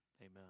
Amen